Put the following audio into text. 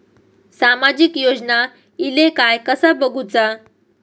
सामाजिक योजना इले काय कसा बघुचा?